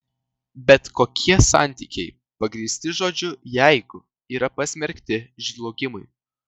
bet kokie santykiai pagrįsti žodžiu jeigu yra pasmerkti žlugimui